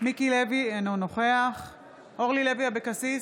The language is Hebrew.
מיקי לוי, אינו נוכח אורלי לוי אבקסיס,